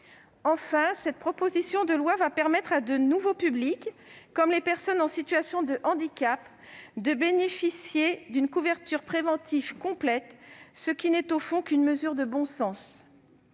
Enfin, cette proposition de loi va permettre à de nouveaux publics, comme les personnes en situation de handicap, de bénéficier d'une couverture préventive complète, ce qui n'est au fond qu'une mesure de bon sens.